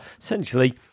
essentially